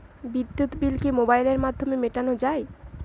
বিদ্যুৎ বিল কি মোবাইলের মাধ্যমে মেটানো য়ায়?